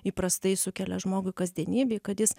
įprastai sukelia žmogui kasdienybėj kad jis